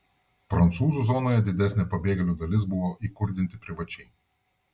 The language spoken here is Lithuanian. prancūzų zonoje didesnė pabėgėlių dalis buvo įkurdinti privačiai